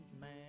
man